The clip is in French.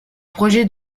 projet